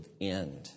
end